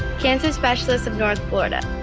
cancer specialists of north florida.